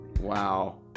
Wow